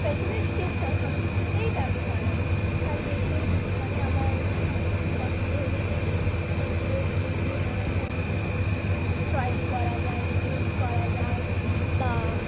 পেন্সিলের স্কেচটা সব কিছুতেই ব্যবহার হয় আর বেশি মানে আমার সব কিছু পছন্দ হলো স্কেচ পেন্সিলের স্কেচ দিয়ে নানান ধরনের ড্রয়িং করা যায় স্কেচ করা যায় বা